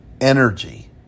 energy